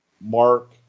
Mark